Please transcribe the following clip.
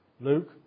Luke